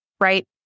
right